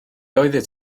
oeddet